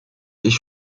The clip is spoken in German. ich